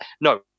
No